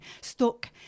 stuck